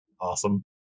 Awesome